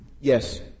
Yes